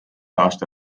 aasta